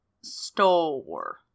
Store